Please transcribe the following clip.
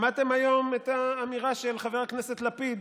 שמעתם היום את האמירה של חבר הכנסת לפיד?